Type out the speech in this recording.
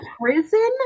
prison